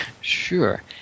Sure